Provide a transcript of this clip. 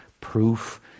proof